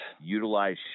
utilize